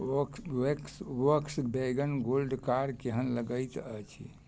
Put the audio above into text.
Volks वैक्स Volkswagen Golf car केहन लगैत अछि